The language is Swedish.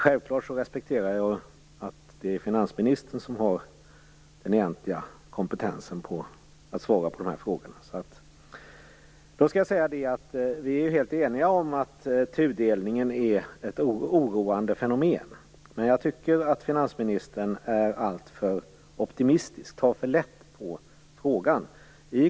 Självklart respekterar jag att det är finansministern som har den egentliga kompetensen att svara på frågan. Vi är helt eniga om att tudelningen är ett oroande fenomen. Men jag tycker att finansministern är alltför optimistisk och tar för lätt på frågan.